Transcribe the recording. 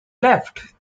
left